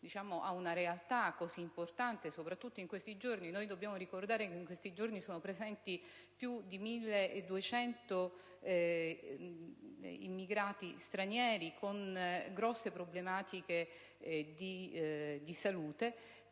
in una realtà così importante - dobbiamo ricordare che in questi giorni sono presenti più di 1.200 immigrati stranieri con grosse problematiche di salute